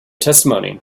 testimony